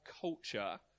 culture